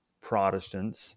Protestants